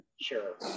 sure